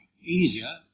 easier